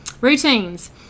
routines